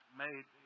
made